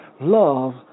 Love